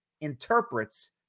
interprets